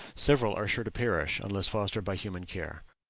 several are sure to perish unless fostered by human care.